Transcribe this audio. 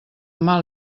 mal